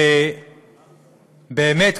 באמת,